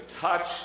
touch